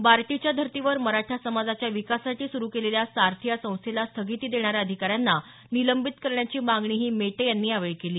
बार्टीच्या धर्तीवर मराठा समाजाच्या विकासासाठी सुरू केलेल्या सारथी या संस्थेला स्थगिती देणाऱ्या अधिकाऱ्यांना निलंबित करण्याची मागणीही मेटे यांनी यावेळी केली